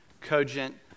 cogent